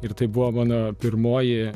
ir tai buvo mano pirmoji